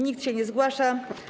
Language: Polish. Nikt się nie zgłasza.